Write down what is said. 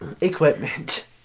equipment